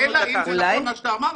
אלא אם זה, כמו מה שאתה אמרת,